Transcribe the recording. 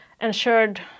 ensured